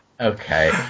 Okay